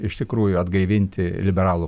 iš tikrųjų atgaivinti liberalų